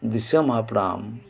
ᱫᱤᱥᱚᱢ ᱦᱟᱯᱲᱟᱢ